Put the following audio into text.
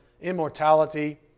immortality